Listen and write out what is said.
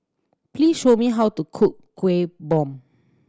please tell me how to cook Kueh Bom